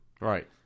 Right